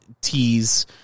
tease